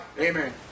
Amen